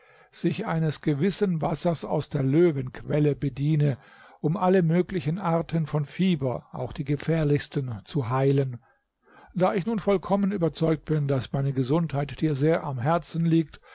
sich eines gewissen wassers aus der löwenquelle bediene um alle möglichen arten von fieber auch die gefährlichsten zu heilen da ich nun vollkommen überzeugt bin daß meine gesundheit dir sehr am herzen liegt